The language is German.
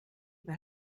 war